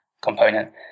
component